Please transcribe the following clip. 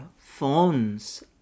phones